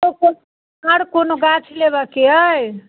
अपन आर कोनो गाछ लेबके अइ